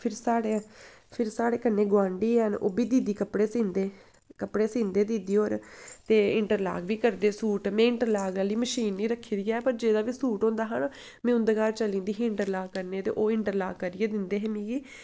फिर साढ़े फिर साढ़े कन्नै गोआंढी हैन ओह् बी दीदी कपड़े सींदे कपड़े सींदे दीदी होर ते इंटरलाक बी करदे सूट में इंटरलाक आह्ली मशीन निं रक्खी दी ऐ पर जेह्दा बी सूट होंदा हा ना में उं'दे घर चली जंदी ही इंटरलाक करने गी ओह् इंटरलाक करियै दिंदे हे मिगी